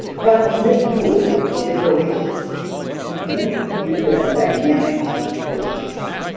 finally, this tool is a resource and it's meant to be used in a dynamic relationship,